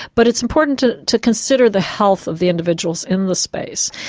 but it's important to to consider the health of the individuals in the space.